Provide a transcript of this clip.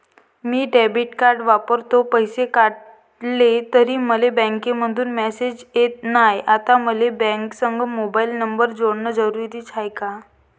मी debit card वापरतो, पैसे काढले तरी मले बँकेमंधून मेसेज येत नाय, आता मले बँकेसंग मोबाईल नंबर जोडन जरुरीच हाय का?